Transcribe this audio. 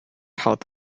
health